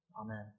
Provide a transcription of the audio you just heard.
amen